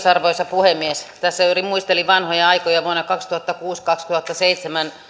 arvoisa puhemies tässä juuri muistelin vanhoja aikoja vuosina kaksituhattakuusi viiva kaksituhattaseitsemän